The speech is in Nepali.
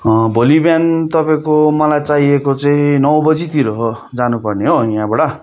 भोलि बिहान तपाईँको मलाई चाहिएको चाहिँ नौ बजीतिर हो जानु पर्ने हो यहाँबाट